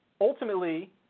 ultimately